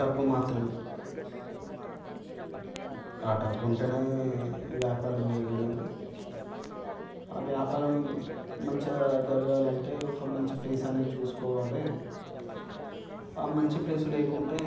డబ్బు మాత్రమే ఆ డబ్బు ఉంటేనే వ్యాపారం చేయగలం ఆ వ్యాపారం మంచిగా జరగాలంటే ఒక మంచి ప్లేస్ అన్నది చూసుకోవాలి ఆ మంచి ప్లేస్ లేకుంటే